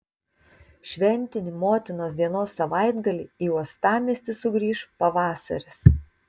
šventinį motinos dienos savaitgalį į uostamiestį sugrįš pavasaris